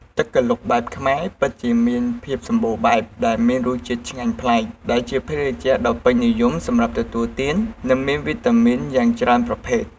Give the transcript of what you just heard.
ទឹកក្រឡុកបែបខ្មែរ ពិតជាមានភាពសម្បូរបែប និងមានរសជាតិឆ្ងាញ់ប្លែក ដែលជាភេសជ្ជៈដ៏ពេញនិយមសម្រាប់ទទួលទាន និងមានវីតាមីនយ៉ាងច្រើនប្រភេទ។